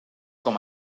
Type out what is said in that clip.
com